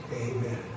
Amen